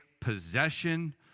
possession